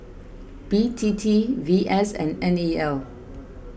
B T T V S and N E L